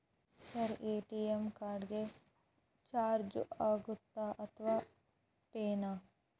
Sir ATM card ಗೆ charge ಆಗುತ್ತಾ ಅಥವಾ ಫ್ರೇ ನಾ?